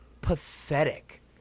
pathetic